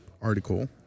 article